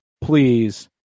please